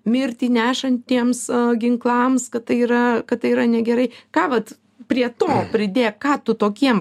mirtį nešantiems ginklams kad tai yra kad tai yra negerai ką vat prie to pridėję ką tu tokiem